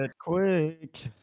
Quick